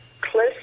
close